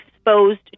exposed